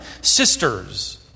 sisters